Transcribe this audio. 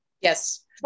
Yes